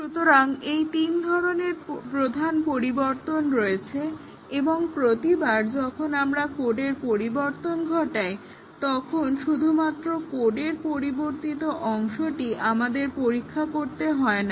সুতরাং এই তিন ধরনের প্রধান পরিবর্তন রয়েছে এবং প্রতিবার যখন আমরা কোডের পরিবর্তন ঘটাই তখন শুধুমাত্র কোডের পরিবর্তিত অংশটি আমাদের পরীক্ষা করতে হয় না